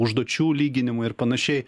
užduočių lyginimai ir panašiai